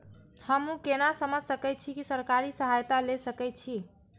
हमू केना समझ सके छी की सरकारी सहायता ले सके छी?